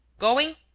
going.